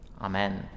Amen